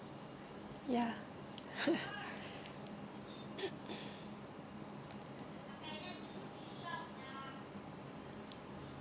ya